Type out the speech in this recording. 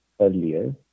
earlier